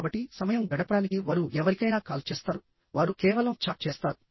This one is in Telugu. కాబట్టి సమయం గడపడానికి వారు ఎవరికైనా కాల్ చేస్తారువారు కేవలం చాట్ చేస్తారు